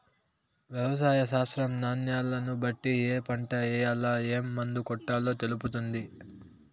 వ్యవసాయ శాస్త్రం న్యాలను బట్టి ఏ పంట ఏయాల, ఏం మందు కొట్టాలో తెలుపుతుంది